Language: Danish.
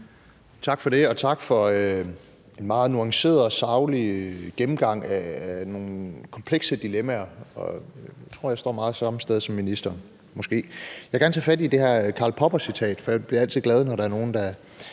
Tak for det, og tak for en meget nuanceret og saglig gennemgang af nogle komplekse dilemmaer. Jeg tror måske, jeg står meget samme sted som ministeren. Jeg vil gerne tage fat i det her Karl Popper-citat, for jeg bliver altid glad, når der er nogen, der